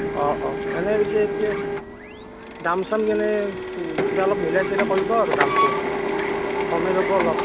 অ অ এনেই পিছে এতিয়া দাম চাম কেনে কিবা অলপ মিলাই চিলাই কৰিব আৰু দামটো কমাই ল'ব অলপ